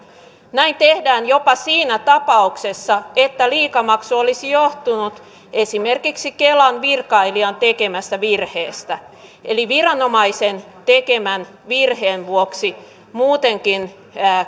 näin tehdään jopa siinä tapauksessa että liikamaksu olisi johtunut esimerkiksi kelan virkailijan tekemästä virheestä eli viranomaisen tekemän virheen vuoksi muutenkin